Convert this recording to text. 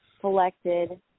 collected